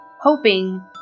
hoping